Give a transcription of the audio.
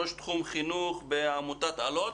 ראש תחום חינוך בעמותת אלו"ט.